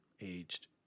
aged